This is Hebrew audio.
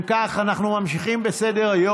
אם כך, אנחנו ממשיכים בסדר-היום,